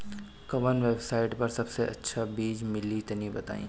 कवन वेबसाइट पर सबसे अच्छा बीज मिली तनि बताई?